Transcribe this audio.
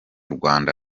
rwanda